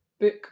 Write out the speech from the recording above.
book